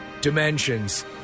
dimensions